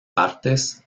partes